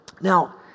Now